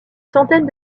centaine